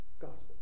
gospel